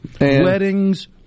Weddings